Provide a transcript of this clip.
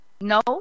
No